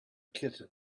kittens